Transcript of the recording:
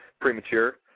premature